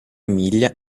emilia